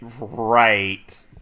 right